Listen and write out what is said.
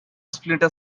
splinter